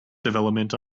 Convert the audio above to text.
development